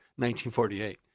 1948